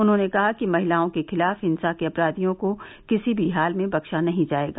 उन्होंने कहा कि महिलाओं के खिलाफ हिंसा के अपराधियों को किसी भी हाल में बख्शा नहीं जाएगा